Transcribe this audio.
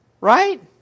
right